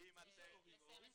מי זה ההורים?